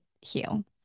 heal